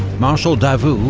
marshal davout,